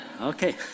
Okay